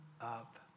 up